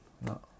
No